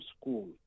school